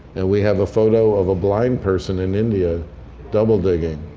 and we have a photo of a blind person in india double digging.